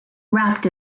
wrapped